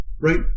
right